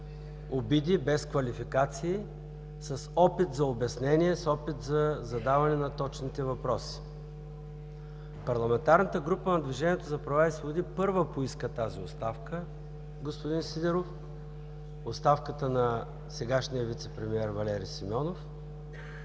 обиди, без квалификации, с опит за обяснение, с опит за задаване на точните въпроси. Парламентарната група на „Движението за права и свободи“ първа поиска тази оставка, господин Сидеров – оставката на сегашния вицепремиер Валери Симеонов,